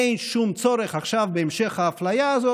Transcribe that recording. אין שום צורך עכשיו בהמשך האפליה הזאת.